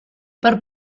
per